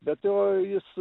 be to jis